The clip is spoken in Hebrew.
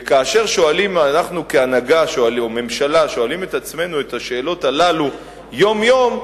וכאשר אנחנו כהנהגה או ממשלה שואלים את עצמנו את השאלות הללו יום-יום,